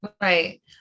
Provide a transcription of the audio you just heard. Right